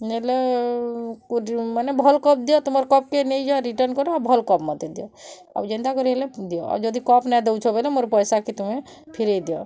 ନେଲେ ମାନେ ଭଲ୍ କପ୍ ଦିଅ ତମର୍ କପ୍ କେ ନେଇଯାଓ ରିଟର୍ଣ୍ଣ କର ଆର୍ ଭଲ୍ କପ୍ ମୋତେ ଦିଅ ଆଉ ଯେନ୍ତା କରି ହେଲେ ଦିଅ ଆଉ ଯଦି କପ୍ ନାଇଁ ଦଉଛ ବେଲେ ମୋର୍ ପଇସା କେ ତମେ ଫିରେଇ ଦିଅ